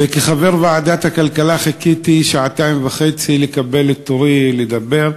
וכחבר ועדת הכלכלה חיכיתי שעתיים וחצי לקבל את תורי לדבר.